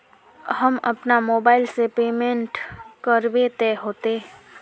हम अपना मोबाईल से पेमेंट करबे ते होते?